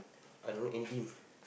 I don't know end game